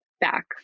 back